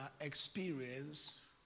experience